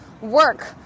work